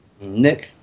Nick